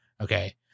Okay